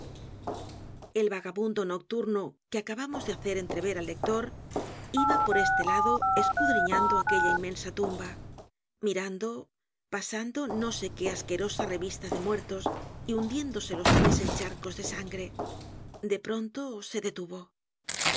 el vagabundo nocturno que acabamos de hacer entrever al lector iba por este lado escudriñando aquella inmensa tumba mirando pasando no sé qué asquerosa revista de muertos y hundiéndose los pies en charcos de sangre de pronto se detuvo